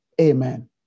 Amen